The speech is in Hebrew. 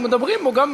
ומדברים בו גם,